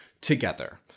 together